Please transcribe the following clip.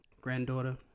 granddaughter